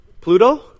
Pluto